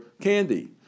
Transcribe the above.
candy